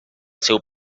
seu